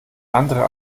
andere